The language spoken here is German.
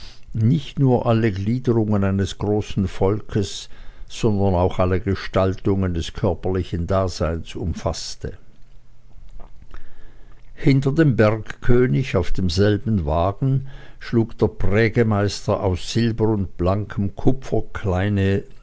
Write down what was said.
nicht nur alle gliederungen eines großen volkes sondern auch alle gestaltungen des körperlichen daseins umfaßte hinter dem bergkönig auf demselben wagen schlug der prägemeister aus silber und blankem kupfer kleine